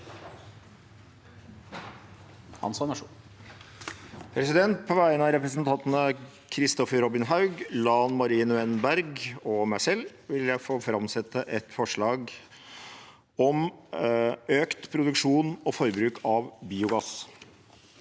Hansson (MDG) På vegne av re- presentantene Kristoffer Robin Haug, Lan Marie Nguy en Berg og meg selv vil jeg få framsette et forslag om økt produksjon og forbruk av biogass.